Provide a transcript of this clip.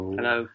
Hello